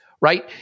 right